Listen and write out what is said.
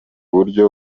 buryo